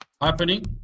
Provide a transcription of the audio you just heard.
happening